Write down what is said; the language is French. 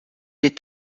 est